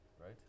right